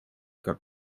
как